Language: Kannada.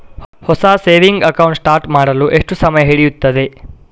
ಹೊಸ ಸೇವಿಂಗ್ ಅಕೌಂಟ್ ಸ್ಟಾರ್ಟ್ ಮಾಡಲು ಎಷ್ಟು ಸಮಯ ಹಿಡಿಯುತ್ತದೆ?